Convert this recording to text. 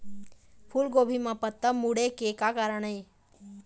फूलगोभी म पत्ता मुड़े के का कारण ये?